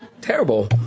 terrible